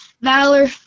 Valor